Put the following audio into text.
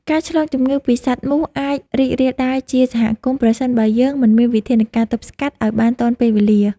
ការឆ្លងជំងឺពីសត្វមូសអាចរីករាលដាលជាសហគមន៍ប្រសិនបើយើងមិនមានវិធានការទប់ស្កាត់ឱ្យបានទាន់ពេលវេលា។